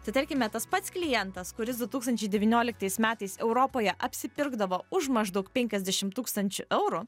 tai tarkime tas pats klientas kuris du tūkstančiai devynioliktais metais europoje apsipirkdavo už maždaug penkiasdešimt tūkstančių eurų